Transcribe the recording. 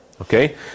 Okay